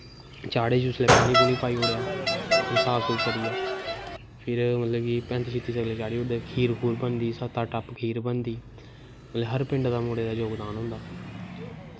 चाढ़े जिसलै पानी पूनी पाई ओड़ेआ साफ सूफ करियै पैंती शित्ती सगले दाल चाढ़ी ओड़दे पंज छे टप र बनदी हर भण्डारे च नोहाड़ा योगदान होंदा